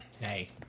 hey